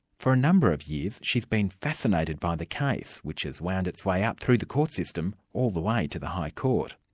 for a number of years she's been fascinated by the case, which has wound its way up through the court system all the way to the high court.